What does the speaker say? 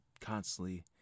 constantly